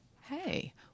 hey